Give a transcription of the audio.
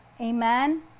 Amen